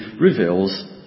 reveals